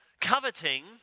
Coveting